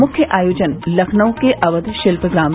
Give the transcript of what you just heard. मुख्य आयोजन लखनऊ के अवध शिल्पग्राम